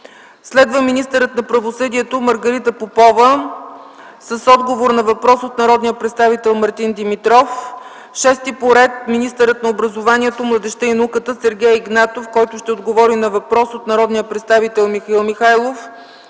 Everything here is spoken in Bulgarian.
5. Министърът на правосъдието Маргарита Попова ще отговори на въпрос от народния представител Мартин Димитров. 6. Министърът на образованието, младежта и науката Сергей Игнатов ще отговори на въпрос от народния представител Михаил Михайлов.